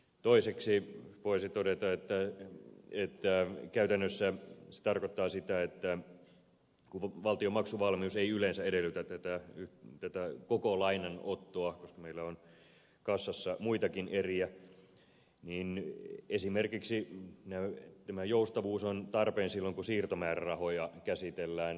toiseksi voisi todeta että käytännössä se tarkoittaa sitä että kun valtion maksuvalmius ei yleensä edellytä tätä koko lainanottoa koska meillä on kassassa muitakin eriä niin esimerkiksi tämä joustavuus on tarpeen silloin kun siirtomäärärahoja käsitellään